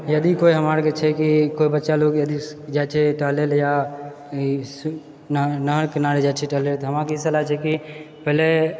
यदि कोइ हमरा आरके छै कि केओ बच्चालोग यदि जाइत छेै टहले ले या ईस्वी नह नहरके किनारे जाइत छै टहले लए तऽ हमरा आरके ई सलाह छै कि पहले